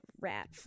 rat